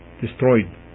destroyed